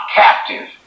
captive